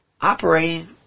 operating